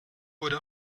wurde